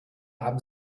haben